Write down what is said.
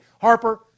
Harper